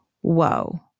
Whoa